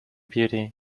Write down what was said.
beauty